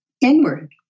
inward